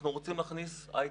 אנחנו רוצים להכניס הייטק.